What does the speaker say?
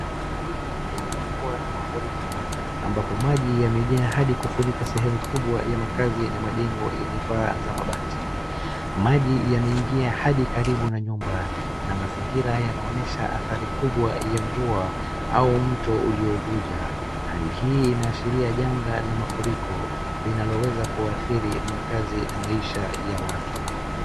Eneo hilo limekumbwa na mafuriko ambapo maji yamejaa hadi kufunika sehemu kubwa ya makazi na majengo yenye paa za mabati. Maji yameingia hadi karibu na nyumba na mazingira yanaonyesha adhari kubwa ya mvua au mto uliovuja. Hali hii inashiria janga la mafuriko linaloweza kuadhiri makazi na maisha ya watu.